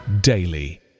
daily